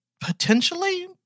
potentially